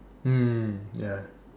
mm ya